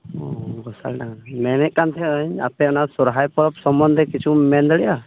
ᱚᱻ ᱜᱷᱳᱥᱟᱞ ᱰᱟᱸᱜᱟ ᱢᱮᱱᱮᱫ ᱠᱟᱱ ᱛᱟᱦᱮᱸᱫ ᱟᱹᱧ ᱟᱯᱮ ᱚᱱᱟ ᱥᱚᱦᱨᱟᱭ ᱯᱚᱨᱚᱵᱽ ᱥᱚᱢᱚᱱᱫᱷᱮ ᱠᱤᱪᱷᱩᱢ ᱢᱮᱱ ᱫᱟᱲᱮᱭᱟᱜᱼᱟ